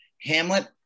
hamlet